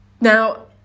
Now